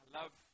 love